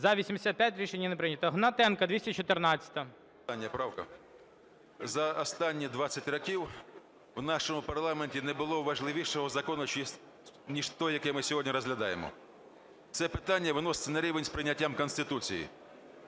За-85 Рішення не прийнято. Гнатенка 214-а.